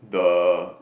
the